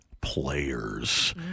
players